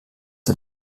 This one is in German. ein